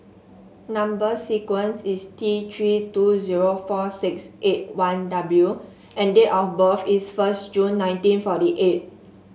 number sequence is T Three two zero four six eight one W and date of birth is first June nineteen forty eight